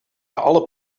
alle